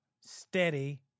steady